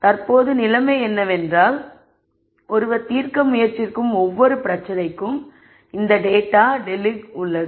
தற்போது நிலைமை என்னவென்றால் ஒருவர் தீர்க்க முயற்சிக்கும் ஒவ்வொரு பிரச்சினைக்கும் இந்த டேட்டா டெழுக் உள்ளது